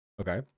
Okay